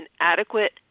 inadequate